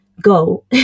go